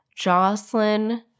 jocelyn